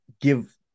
give